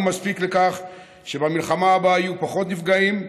מספיק לכך שבמלחמה הבאה יהיו פחות נפגעים,